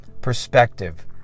perspective